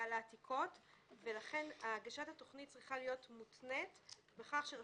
מתנחלי אלע"ד הגיעו להתגורר בשכונה